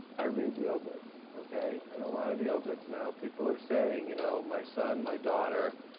i read the obits, okay, and a lot of the obits now, people are saying, you know, my son, my daughter,